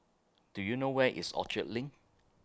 Do YOU know Where IS Orchard LINK